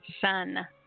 sun